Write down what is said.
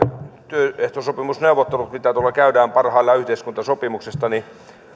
työehtosopimusneuvottelut joita käydään parhaillaan yhteiskuntasopimuksesta